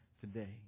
today